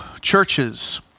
churches